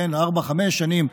ארבע-חמש שנים,